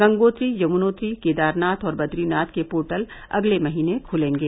गंगोत्री यमुनोत्री केदारनाथ और बदरीनाथ के पोर्टल अगले महीने खुलेंगे